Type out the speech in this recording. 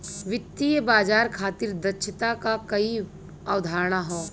वित्तीय बाजार खातिर दक्षता क कई अवधारणा हौ